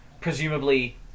presumably